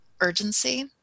urgency